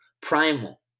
Primal